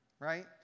right